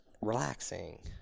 relaxing